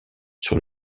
sur